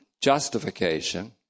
justification